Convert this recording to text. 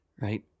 right